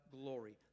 glory